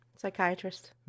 Psychiatrist